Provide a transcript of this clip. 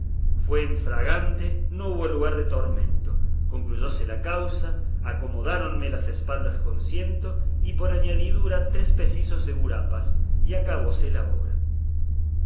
fue en fragante no hubo lugar de tormento concluyóse la causa acomodáronme las espaldas con ciento y por añadidura tres precisos de gurapas y acabóse la obra